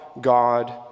God